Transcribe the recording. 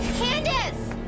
candace!